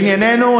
לענייננו,